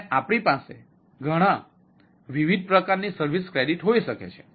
અને આપણી પાસે ઘણા વિવિધ પ્રકારની સર્વિસ ક્રેડિટ હોઈ શકે છે